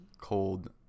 cold